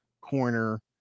corner